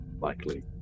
Likely